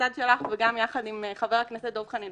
בצד שלך וגם יחד עם חבר הכנסת דב חנין,